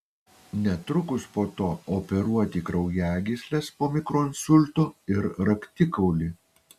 netrukus po to operuoti kraujagysles po mikroinsulto ir raktikaulį